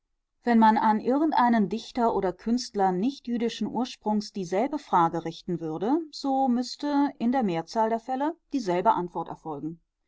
wenn man an irgendeinen dichter oder künstler nichtjüdischen ursprungs dieselbe frage richten würde so müßte in der mehrzahl der fälle dieselbe antwort erfolgen